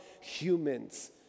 humans